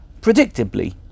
Predictably